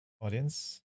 audience